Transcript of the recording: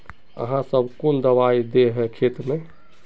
आहाँ सब कौन दबाइ दे है खेत में?